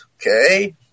Okay